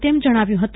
તેમણે જણાવ્યું હત